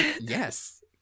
yes